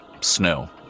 Snow